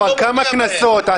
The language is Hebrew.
כבר כמה כנסות,